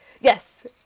yes